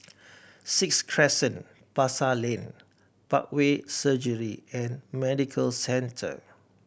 Sixth Crescent Pasar Lane Parkway Surgery and Medical Centre